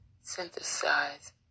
synthesize